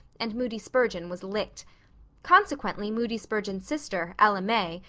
and moody spurgeon was licked consequently moody spurgeon's sister, ella may,